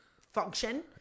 function